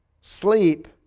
Sleep